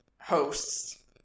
hosts